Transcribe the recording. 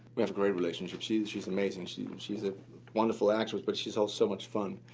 we have a great relationship. she's she's amazing. she's she's a wonderful actress but she's also so much fun.